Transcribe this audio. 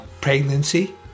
pregnancy